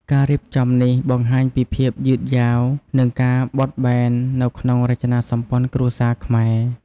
ការរៀបចំនេះបង្ហាញពីភាពយឺតយាវ និងការបត់បែននៅក្នុងរចនាសម្ព័ន្ធគ្រួសារខ្មែរ។